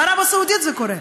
בערב הסעודית זה קורה,